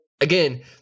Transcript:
again